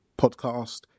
podcast